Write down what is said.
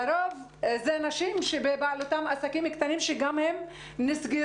לרוב זה נשים שבבעלותן עסקים קטנים שגם הם נסגרו.